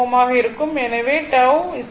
எனவே τ l LRThevenin